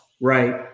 right